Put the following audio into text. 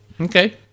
Okay